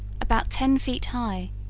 about ten feet high,